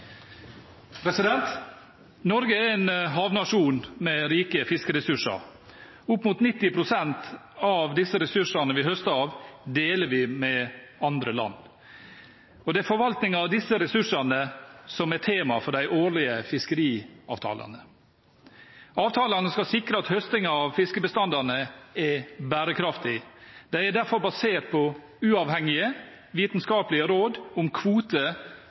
2. Norge er en havnasjon med rike fiskeressurser. Opp mot 90 pst. av de ressursene vi høster av, deler vi med andre land. Det er forvaltningen av disse ressursene som er tema for de årlige fiskeriavtalene. Avtalene skal sikre at høstingen av fiskebestandene er bærekraftig. De er derfor basert på uavhengige vitenskaplige råd om